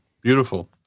beautiful